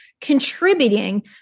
contributing